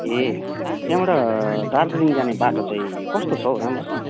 ए त्यहाँबाट दार्जिलिङ जाने बाटो चाहिँ कस्तो छ हो राम्रै छ